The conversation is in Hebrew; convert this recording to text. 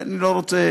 אני לא רוצה.